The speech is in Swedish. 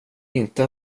inte